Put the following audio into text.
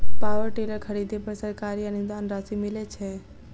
Power tiller खरीदे पर सरकारी अनुदान राशि मिलय छैय?